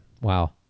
Wow